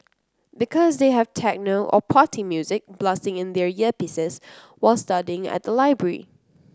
because they have techno or party music blasting in their earpieces while studying at the library